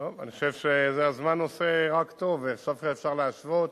אני חושב שהזמן עושה רק טוב, ואפשר להשוות.